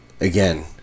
again